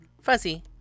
fuzzy